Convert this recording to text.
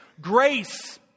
Grace